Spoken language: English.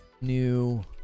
new